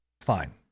Fine